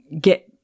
get